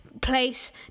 place